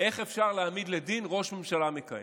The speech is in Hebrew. איך אפשר להעמיד לדין ראש ממשלה מכהן?